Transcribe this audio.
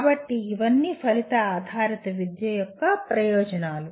కాబట్టి ఇవన్నీ ఫలిత ఆధారిత విద్య యొక్క ప్రయోజనాలు